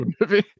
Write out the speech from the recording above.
movie